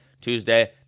Tuesday